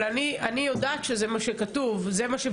אבל אני יודעת שזה מה שכתוב --- לא,